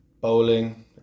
bowling